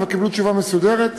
אבל קיבלו תשובה מסודרת ומאורגנת,